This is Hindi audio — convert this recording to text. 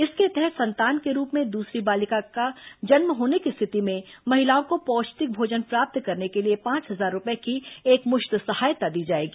इसके तहत संतान के रूप में दूसरी बालिका का जन्म होने की स्थिति में महिलाओं को पौष्टिक भोजन प्राप्त करने के लिए पांच हजार रूपये की एकमुश्त सहायता दी जाएगी